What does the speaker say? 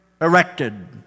erected